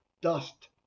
dust